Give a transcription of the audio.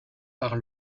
par